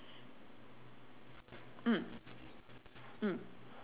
mm mm